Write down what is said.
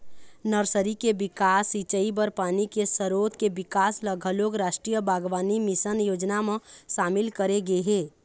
nursery के बिकास, सिंचई बर पानी के सरोत के बिकास ल घलोक रास्टीय बागबानी मिसन योजना म सामिल करे गे हे